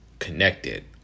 connected